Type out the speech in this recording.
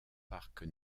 parc